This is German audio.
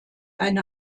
eine